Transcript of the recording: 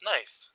Nice